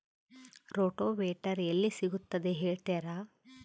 Rotavator ಎಲ್ಲಿ ಸಿಗುತ್ತದೆ ಹೇಳ್ತೇರಾ?